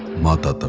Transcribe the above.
mother. but